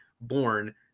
born